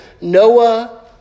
Noah